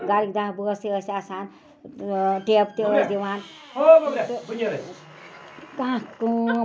گَرٕک دَہ بٲژ تہِ ٲسۍ آسان ٹٮ۪بہٕ تہِ ٲسۍ دِوان تہٕ کانٛہہ کٲم